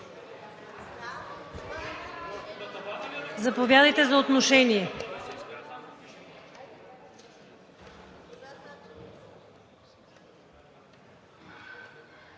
Заповядайте за отношение.